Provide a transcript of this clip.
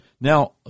Now